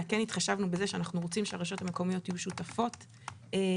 אלא כן התחשבנו בזה שאנחנו רוצים שהרשויות המקומיות יהיו שותפות לכך,